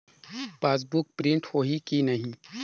Passbook print होही कि नहीं?